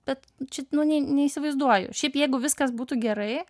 bet čia nu neįsivaizduoju šiaip jeigu viskas būtų gerai